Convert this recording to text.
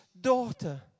Daughter